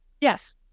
Yes